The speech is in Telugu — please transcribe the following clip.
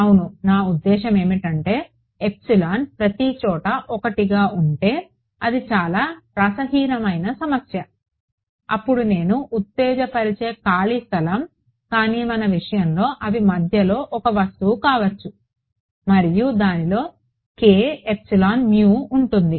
అవును నా ఉద్దేశ్యం ఏమిటంటే ఎప్సిలాన్ ప్రతిచోటా ఒకటిగా ఉంటే అది చాలా రసహీనమైన సమస్య అప్పుడు నేను ఉత్తేజపరిచే ఖాళీ స్థలం కానీ మన విషయంలో అవి మధ్యలో ఒక వస్తువు కావచ్చు మరియు దానిలో kεμ ఉంటుంది